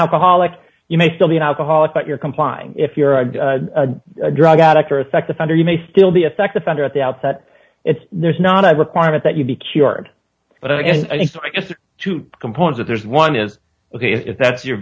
alcoholic you may still be an alcoholic but you're complying if you're a drug addict or a sex offender you may still be a sex offender at the outset it's there's not a requirement that you be cured but i think so i guess two components if there's one is ok if that's your